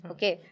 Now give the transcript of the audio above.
Okay